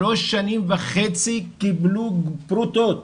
שלוש שנים וחצי הם קיבלו פרוטות